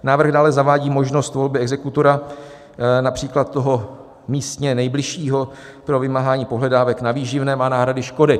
Návrh dále zavádí možnost volby exekutora, například toho místně nejbližšího, pro vymáhání pohledávek na výživném a náhrady škody.